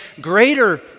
greater